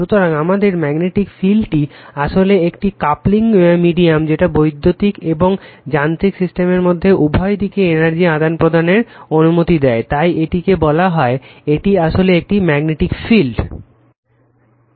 সুতরাং আমাদের ম্যাগনেটিক ফিল্ডটি আসলে একটি কাপ্লিং মিডিয়াম যেটা বৈদ্যুতিক এবং যান্ত্রিক সিস্টেমের মধ্যে উভয় দিকে এনার্জির আদান প্রদানের অনুমতি দেয় তাই এটিকে বলা হয় এটি আসলে একটি ম্যাগনেটিক ফিল্ড